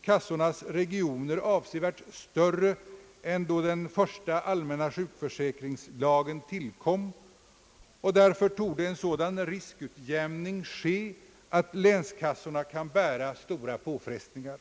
Kassornas regioner är emellertid nu avsevärt större än vid den första allmänna «sjukförsäkringslagens = tillkomst, och därför torde en sådan riskutjämning ske att länskassorna kan bära stora påfrestningar.